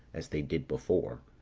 as they did before.